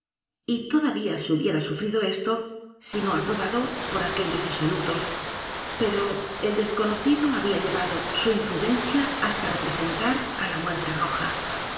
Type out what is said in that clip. y todavía se hubiera edgar poe novelas y cuentos sufrido esto si no aprobado por aquellos disolutos pero el desconocido había llevado su imprudencia hasta representar á la muerte roja